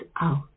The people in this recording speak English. out